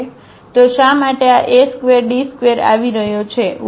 તો શા માટે આ A ² d ² આવી રહ્યો છે